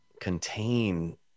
contain